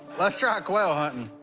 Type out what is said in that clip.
let's try quail hunting.